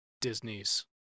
Disney's